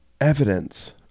evidence